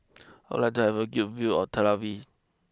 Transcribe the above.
I would like to have a good view of Tel Aviv